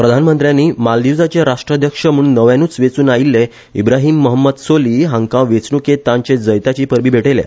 प्रधानमंत्र्यानी मालदिवाचे राष्ट्राध्यक्ष म्हुण नव्यानुच वेचुन आयिल्ले इब्राहिम महम्मद सोली हांका वेचणुकेत तांचे जैताची परबी भेटयल्या